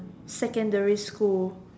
secondary school